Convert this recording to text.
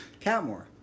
Catmore